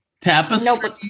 Tapestry